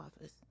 office